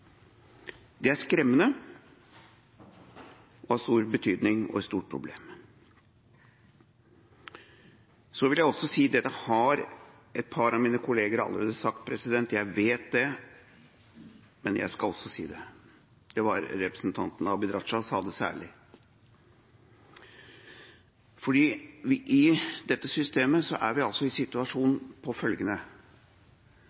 det stemmer. Det er skremmende, av stor betydning og et stort problem. Jeg vil også si – og det har et par av mine kolleger allerede sagt, jeg vet det, men jeg skal også si det; det var særlig representanten Abid Q. Raja som sa det – at i dette systemet er vi altså i